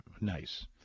nice